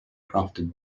crafted